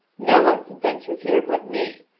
no one could venture here but me,